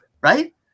right